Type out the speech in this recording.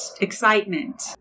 excitement